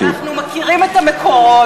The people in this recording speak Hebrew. אנחנו מכירים את המקורות.